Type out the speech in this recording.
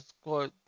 score